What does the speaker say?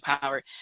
power